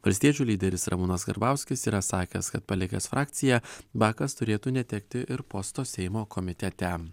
valstiečių lyderis ramūnas karbauskis yra sakęs kad palikęs frakciją bakas turėtų netekti ir posto seimo komitete